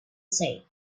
said